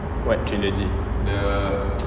what trilogy